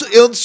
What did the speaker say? eu